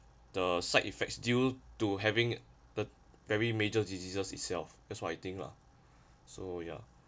the side effects due to having th~ very major diseases itself thats what i think lah so ya